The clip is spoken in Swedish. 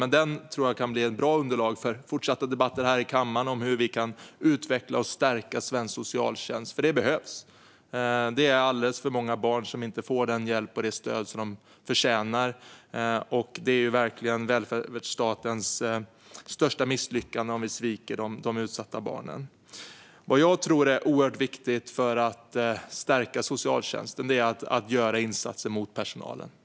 Men jag tror att den kan bli ett bra underlag för fortsatta debatter här i kammaren om hur vi kan utveckla och stärka svensk socialtjänst, för det behövs. Det är alldeles för många barn som inte får den hjälp och det stöd som de förtjänar. Det är verkligen välfärdsstatens största misslyckande om vi sviker de utsatta barnen. Vad jag tror är oerhört viktigt för att stärka socialtjänsten är att göra insatser för personalen.